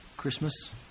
Christmas